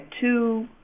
two